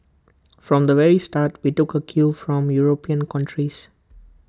from the very start we took A cue from european countries